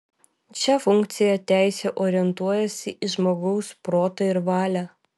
šia funkciją teisė orientuojasi į žmogaus protą ir valią